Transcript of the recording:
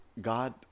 God